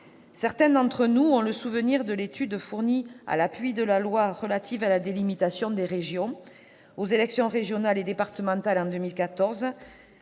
Certains d'entre nous gardent le souvenir de l'étude fournie à l'appui de la loi du 16 janvier 2015 relative à la délimitation des régions, aux élections régionales et départementales et